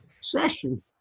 session